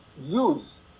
use